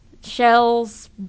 shells